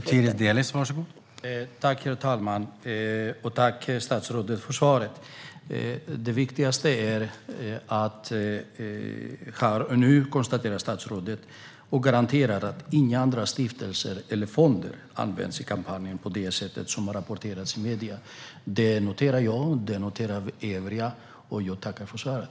Herr talman! Tack, statsrådet, för svaret! Det viktigaste är att statsrådet nu garanterar att inga andra stiftelser eller fonder användes i kampanjen på det sättet som har rapporterats i medierna. Jag och övriga noterar detta, och jag tackar för svaret.